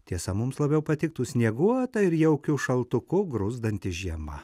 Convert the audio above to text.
tiesa mums labiau patiktų snieguota ir jaukiu šaltuku gruzdanti žiema